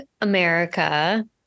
America